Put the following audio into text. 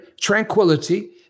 tranquility